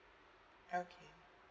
okay